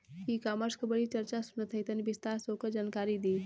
ई कॉमर्स क बड़ी चर्चा सुनात ह तनि विस्तार से ओकर जानकारी दी?